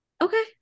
Okay